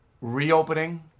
reopening